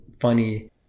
funny